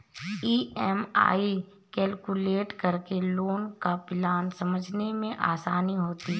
EMI calculate करके loan का plan समझने में आसानी होती है